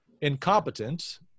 incompetent